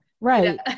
Right